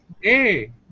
Hey